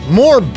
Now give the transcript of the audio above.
more